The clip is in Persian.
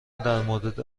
درمورد